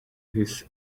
his